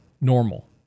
normal